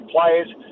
players